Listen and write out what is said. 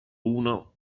uno